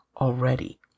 already